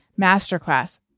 Masterclass